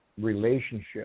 relationship